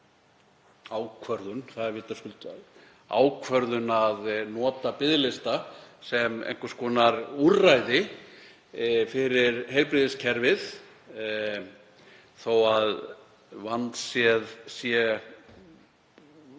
ákvörðun að nota biðlista sem einhvers konar úrræði fyrir heilbrigðiskerfið þó að vandséð sé